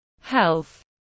health